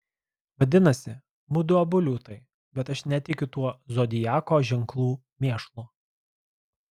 vadinasi mudu abu liūtai bet aš netikiu tuo zodiako ženklų mėšlu